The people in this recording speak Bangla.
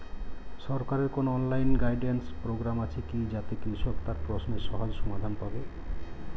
সরকারের কোনো অনলাইন গাইডেন্স প্রোগ্রাম আছে কি যাতে কৃষক তার প্রশ্নের সহজ সমাধান পাবে?